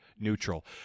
neutral